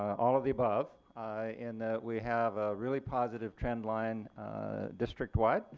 all of the above, in that we have a really positive trend line district-wide,